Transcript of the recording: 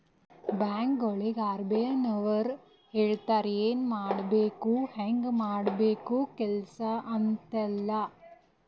ಬ್ಯಾಂಕ್ಗೊಳಿಗ್ ಆರ್.ಬಿ.ಐ ನವ್ರು ಹೇಳ್ತಾರ ಎನ್ ಮಾಡ್ಬೇಕು ಹ್ಯಾಂಗ್ ಮಾಡ್ಬೇಕು ಕೆಲ್ಸಾ ಅಂತ್ ಎಲ್ಲಾ